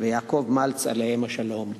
ויעקב מלץ עליהם השלום,